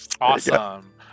awesome